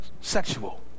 sexual